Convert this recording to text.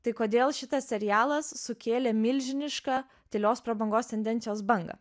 tai kodėl šitas serialas sukėlė milžinišką tylios prabangos tendencijos bangą